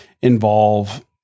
involve